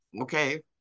okay